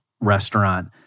restaurant